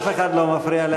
אף אחד לא מפריע לאף אחד.